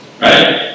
Right